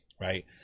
right